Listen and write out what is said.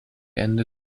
ende